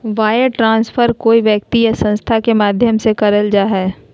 wire transfer कोय व्यक्ति या संस्था के माध्यम से करल जा हय